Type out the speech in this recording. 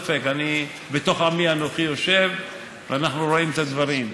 בתוך עמי אנוכי יושב ואנחנו רואים את הדברים.